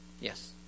Yes